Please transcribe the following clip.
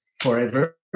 forever